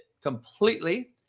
completely